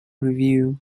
review